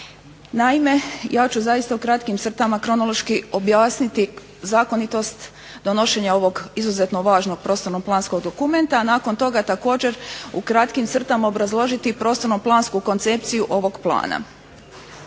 Naime, ja ću zaista u kratkim crtama kronološki objasniti zakonitost donošenja ovog izuzetno važnog prostorno planskog dokumenta, nakon toga također u kratkim crtama obrazložiti prodorno plansku koncepciju ovog plana.